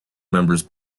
members